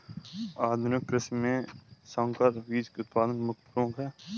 आधुनिक कृषि में संकर बीज उत्पादन प्रमुख है